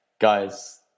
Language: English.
guys